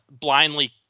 blindly